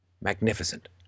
Magnificent